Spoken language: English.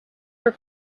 are